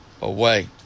away